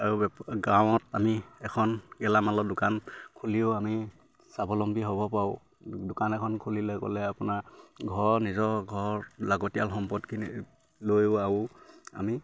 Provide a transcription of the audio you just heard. আৰু গাঁৱত আমি এখন গেলামালৰ দোকান খুলিও আমি স্বাৱলম্বী হ'ব পাৰোঁ দোকান এখন খুলিলে গ'লে আপোনাৰ ঘৰ নিজৰ ঘৰৰ লাগতিয়াল সম্পদখিনি লৈও আৰু আমি